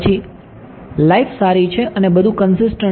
પછી લાઈફ સારી છે અને બધું કંસિસ્ટંટ છે